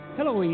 Hello